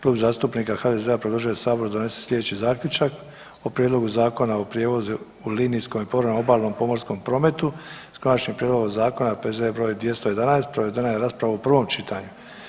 Klub zastupnika HDZ-a predložio je da Sabor donese sljedeći zaključak o Prijedlogu Zakona o prijevozu u linijskom i povremeno obalnom pomorskom prometu, s Konačnim prijedlogom zakona P.Z. br. 211, provedena je rasprava u prvom čitanju.